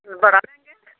बड़ा मैंह्गा ऐ